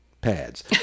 pads